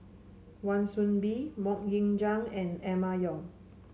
Wan Soon Bee MoK Ying Jang and Emma Yong